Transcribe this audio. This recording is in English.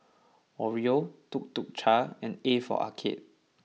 Oreo Tuk Tuk Cha and A for Arcade